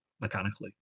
mechanically